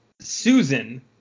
Susan